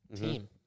team